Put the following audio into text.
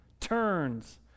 turns